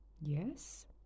Yes